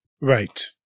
Right